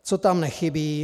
Co tam nechybí?